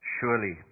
surely